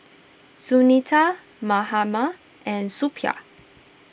Sunita Mahatma and Suppiah